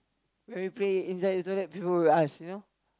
when we play inside the toilet people will ask you know